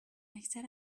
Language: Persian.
اکثر